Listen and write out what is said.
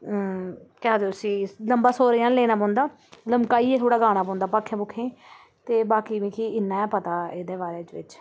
केह् आखदे उसी लंबा सुर जन लैना पौंदा लमकाइयै थोह्ड़ा गाना पौंदा भाखें भूखें ते बाकी मिगी इ'न्ना गै पता ऐ एह्दे बारे च